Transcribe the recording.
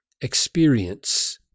experience